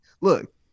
look